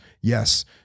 Yes